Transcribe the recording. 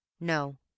No